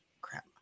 crap